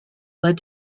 led